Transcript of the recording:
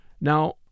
Now